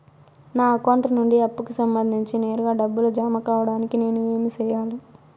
నా అకౌంట్ నుండి అప్పుకి సంబంధించి నేరుగా డబ్బులు జామ కావడానికి నేను ఏమి సెయ్యాలి?